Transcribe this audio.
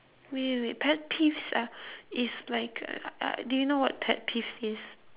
wait wait wait pet peeves um is like uh do you know what pet peeves is